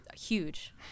Huge